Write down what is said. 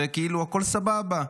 וכאילו הכול סבבה.